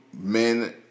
men